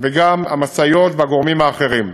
וגם המשאיות והגורמים האחרים.